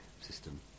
system